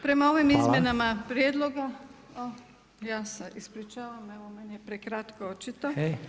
Prema ovim izmjenama prijedloga [[Upadica Reiner: Hvala.]] Ja se ispričavam, evo meni je prekratko očito.